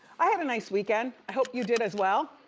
i had a nice weekend. i hope you did as well.